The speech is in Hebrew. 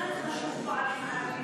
פועלים ערבים